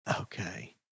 Okay